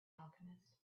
alchemist